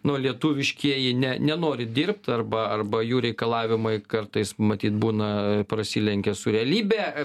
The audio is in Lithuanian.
nu lietuviškieji ne nenori dirbt arba arba jų reikalavimai kartais matyt būna prasilenkia su realybe